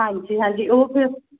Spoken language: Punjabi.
ਹਾਂਜੀ ਹਾਂਜੀ ਉਹ ਫਿਰ